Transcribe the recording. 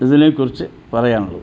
ഇതിനെക്കുറിച്ച് പറയാനുള്ളത്